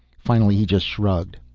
finally he just shrugged.